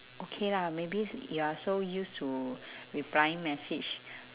okay lah maybe s~ you are so used to replying message